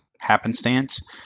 happenstance